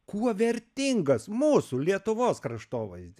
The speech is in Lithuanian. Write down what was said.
kuo vertingas mūsų lietuvos kraštovaizdis